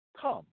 come